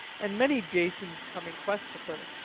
and many jasons come in quest of her.